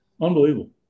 Unbelievable